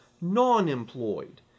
non-employed